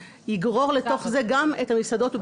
הצו כי הוא נכנס לתוקף באופן מיידי לגבי בתי המלון.